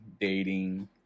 dating